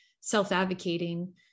self-advocating